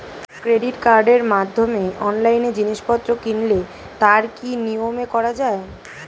Credit কার্ডের মাধ্যমে অনলাইনে জিনিসপত্র কিনলে তার কি নিয়মে করা যায়?